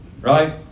Right